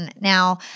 Now